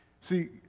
See